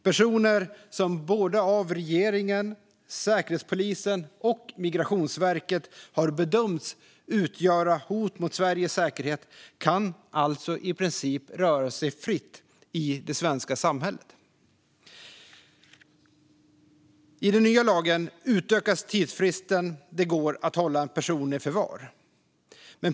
Personer som av både regeringen, Säkerhetspolisen och Migrationsverket har bedömts utgöra hot mot Sveriges säkerhet kan alltså i princip röra sig fritt i det svenska samhället. I den nya lagen utökas tidsfristen för att hålla en person i förvar.